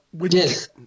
Yes